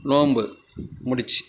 நோன்பு முடித்து